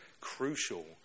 crucial